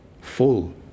full